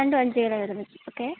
രണ്ടും അഞ്ച് കിലോ വീതം ഓക്കേ